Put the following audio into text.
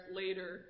later